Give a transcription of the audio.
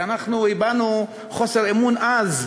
ואנחנו הבענו חוסר אמון עז,